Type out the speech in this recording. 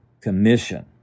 commission